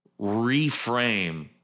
reframe